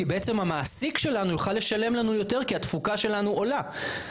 כי בעצם המעסיק שלנו יוכל לשלם לנו יותר כי התפוקה שלנו עולה.